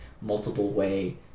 multiple-way